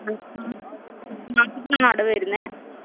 മാസം മാസത്തിലാണ് അടവ് വരുന്നത്